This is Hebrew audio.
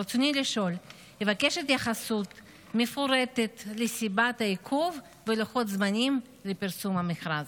ברצוני לבקש התייחסות מפורטת לסיבת העיכוב ולוחות זמנים לפרסום המכרז.